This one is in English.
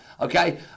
okay